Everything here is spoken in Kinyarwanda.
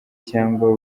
cyangwa